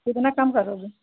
कितना कम करोगे